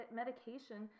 medication